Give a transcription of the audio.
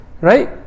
Right